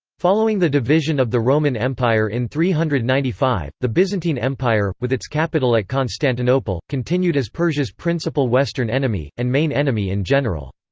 following the division of the roman empire in three hundred and ninety five, the byzantine empire, with its capital at constantinople, continued as persia's principal western enemy, and main enemy in general.